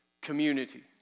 community